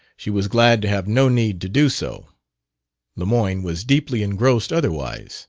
she was glad to have no need to do so lemoyne was deeply engrossed otherwise